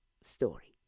story